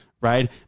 right